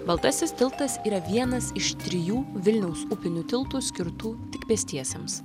baltasis tiltas yra vienas iš trijų vilniaus upinių tiltų skirtų tik pėstiesiems